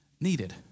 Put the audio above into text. needed